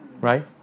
Right